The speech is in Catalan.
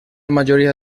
majoria